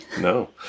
No